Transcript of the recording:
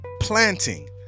Planting